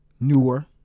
Newer